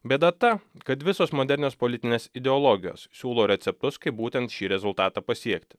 bėda ta kad visos modernios politinės ideologijos siūlo receptus kaip būtent šį rezultatą pasiekti